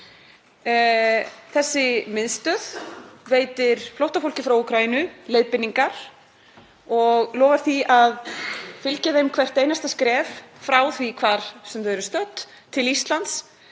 Þessi miðstöð veitir flóttafólki frá Úkraínu leiðbeiningar og lofar því að fylgja þeim hvert einasta skref frá þeim stað þar sem þau eru stödd og til Íslands,